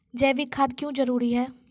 जैविक खाद क्यो जरूरी हैं?